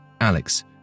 Alex